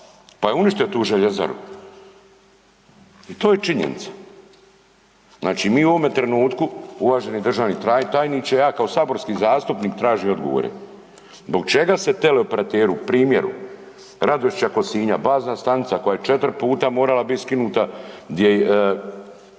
pa je uništio tu željezaru i to je činjenica. Mi u ovome trenutku uvaženi državni tajniče, ja kao saborski zastupnik tražim odgovore, zbog čega se teleoperateru primjera RAdošća kod Sinja, bazna stanica koja je četiri puta morala biti skinuta gdje znači